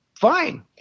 Fine